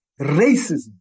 racism